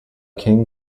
king